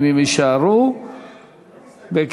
אם